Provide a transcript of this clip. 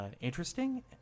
interesting